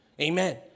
Amen